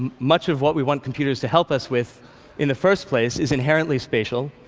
much of what we want computers to help us with in the first place is inherently spatial.